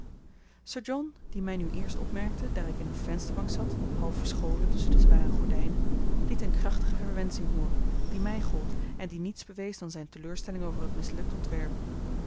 john die mij nu eerst opmerkte daar ik in eene vensterbank zat half verscholen tusschen de zware gordijnen liet eene krachtige verwensching hooren die mij gold en die niets bewees dan zijne teleurstelling over het mislukt ontwerp